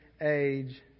age